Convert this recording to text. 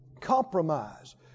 compromise